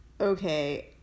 okay